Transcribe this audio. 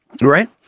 Right